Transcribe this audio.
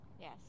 yes